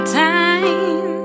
time